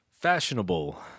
fashionable